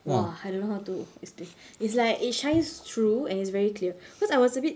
!wah! I don't know how to explain it's like it shines through and it's very clear because I was a bit